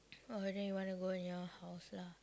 oh then you want go near house lah